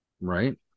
Right